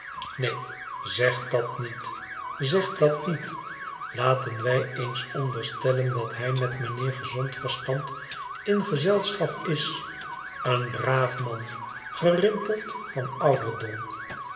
neen zeg dat niet zeg dat niet laten wij eens onderstellen dat hij met mijnheer gezond verstand in gezelschap is een braaf man gerimpeld van ouderdom